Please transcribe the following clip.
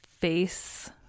face